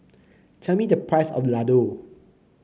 tell me the price of Ladoo